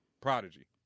Prodigy